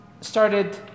started